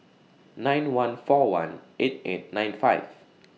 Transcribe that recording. nine one four one eight eight nine five